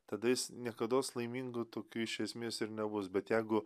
tada jis niekados laimingu tokiu iš esmės ir nebus bet jeigu